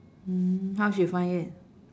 mm how she find it